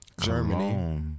Germany